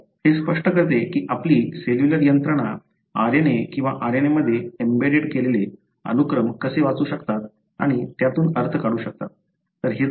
तर हे स्पष्ट करते की आपली सेल्युलर यंत्रणा RNA किंवा RNA मध्ये एम्बेडेड केलेले अनुक्रम कसे वाचू शकतात आणि त्यातून अर्थ काढू शकतात